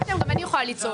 צעקתם גם אני יכולה לצעוק.